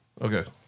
Okay